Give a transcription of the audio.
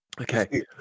Okay